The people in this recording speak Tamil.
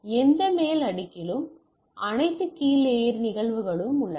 எந்த மேல் அடுக்கிலும் அனைத்து கீழ் லேயர் நிகழ்வுகளும் உள்ளன